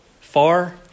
far